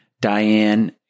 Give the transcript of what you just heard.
Diane